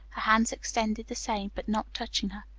her hands extended the same, but not touching her.